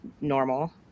normal